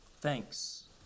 Thanks